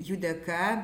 jų dėka